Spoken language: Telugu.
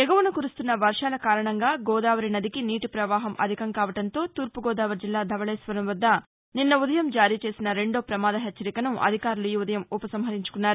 ఎగువన కురుస్తున్న వర్వాల కారణంగా గోదావరి నదికి నీటి ప్రవాహం అధికం కావడంతో తూర్పు గోదావరి జిల్లా ధవకేస్వరం వద్ద నిన్న ఉదయం జారీ చేసిన రెండో ప్రమాదహెచ్చరికను అధికారులు ఈ ఉదయం ఉపసంహరించుకున్నారు